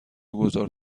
گذار